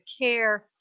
Care